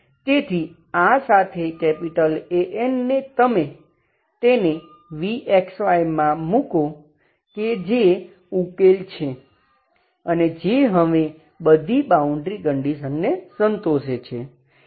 તેથી આ સાથે An ને તમે તેને v માં મૂકો કે જે ઉકેલ છે અને જે હવે બધી બાઉન્ડ્રી કંડિશનને સંતોષે છે